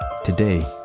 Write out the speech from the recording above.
Today